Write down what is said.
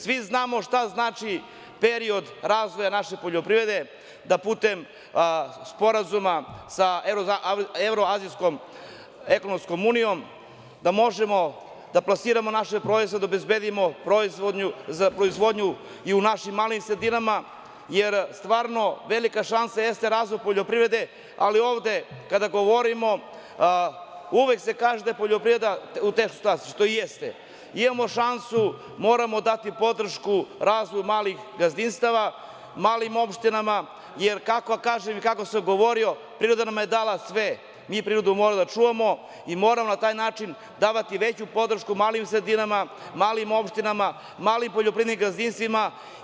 Svi znamo šta znači period razvoja naše poljoprivrede, da putem sporazuma sa Evroazijskom ekonomskom unijom, da možemo da plasiramo naše proizvode, obezbedimo proizvodnju i u našim malim sredinama, jer stvarno velika šansa jeste razvoj poljoprivrede, ali ovde kada govorimo uvek se kaže da je poljoprivreda …(ne razume se) što i jeste, imamo šansu, moramo dati podršku razvoju malih gazdinstava, malim opštinama, jer kako sam govorio, priroda nam je dala sve, mi prirodu moramo da čuvamo i moramo na taj način davati veću podršku malim sredinama, malim opštinama, malim poljoprivrednim gazdinstvima.